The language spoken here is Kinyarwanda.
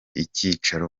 icyicaro